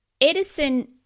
Edison